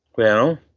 well,